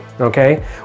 okay